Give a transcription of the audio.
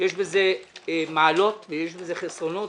יש בזה מעלות ויש בזה חסרונות.